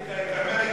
גילית את אמריקה?